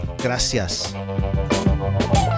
Gracias